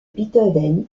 beethoven